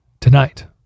tonight